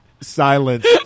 silence